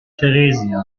theresia